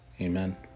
Amen